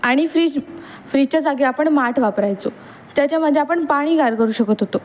आणि फ्रीज फ्रीजच्या जागी आपण माठ वापरायचो त्याच्यामध्ये आपण पाणी गार करू शकत होतो